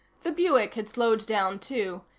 the buick had slowed down, too,